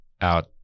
out